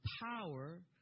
power